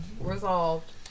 Resolved